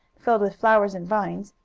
filled with flowers and vines,